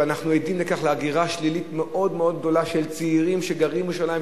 ואנחנו עדים להגירה שלילית מאוד מאוד גדולה של צעירים שגרים בירושלים,